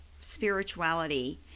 spirituality